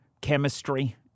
chemistry